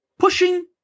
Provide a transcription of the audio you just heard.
Pushing